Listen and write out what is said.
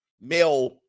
male